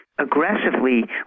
aggressively